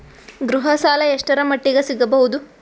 ಗೃಹ ಸಾಲ ಎಷ್ಟರ ಮಟ್ಟಿಗ ಸಿಗಬಹುದು?